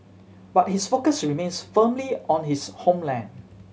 but his focus remains firmly on his homeland